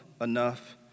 enough